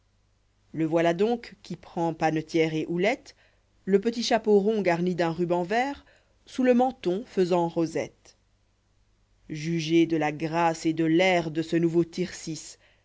le voilà donc qui prend panetière et houlette le petit chapeau rond garni d'un ruban yert sous le menton faisant rosette jugez de la grâce et de l'air de ce nouveau tircis